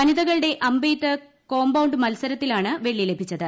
വനിതകളുടെ അമ്പെയ്ത്ത് കോമ്പൌണ്ട് മുൽസരത്തിലാണ് വെള്ളി ലഭിച്ചത്